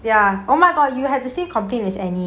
ya oh my god you have the same complain as annie